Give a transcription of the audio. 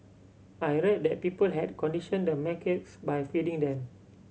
I read that people had conditioned the macaques by feeding them